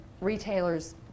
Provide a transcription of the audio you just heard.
retailers